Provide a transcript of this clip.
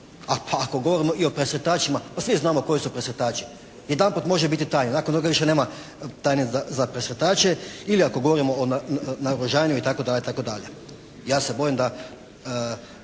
a ako govorimo i o presretačima. Pa svi znamo koji su presretači. Jedanput može biti taj. Nakon toga više nema tajne za presretače. Ili ako dobijemo na ugrožavanju itd.,